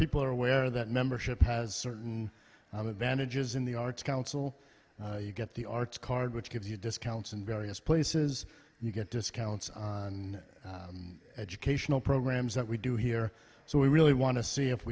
people are aware that membership has certain advantages in the arts council you get the arts card which gives you discounts and various places you get discounts on educational programs that we do here so we really want to see if